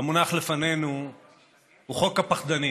המונח לפנינו הוא חוק הפחדנים.